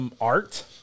art